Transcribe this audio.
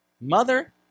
mother